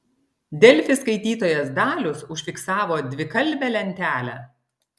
delfi skaitytojas dalius užfiksavo dvikalbę lentelę